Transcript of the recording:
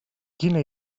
quina